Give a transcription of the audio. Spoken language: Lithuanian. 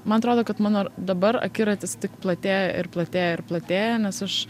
man atrodo kad mano dabar akiratis tik platėja ir platėja ir platėja nes aš